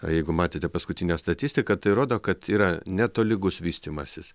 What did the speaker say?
a jeigu matėte paskutinę statistiką tai rodo kad yra netolygus vystymasis